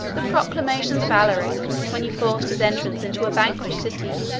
the proclamation of alaric, when he forced his entrance into a vanquished city,